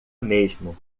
mesmo